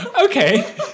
Okay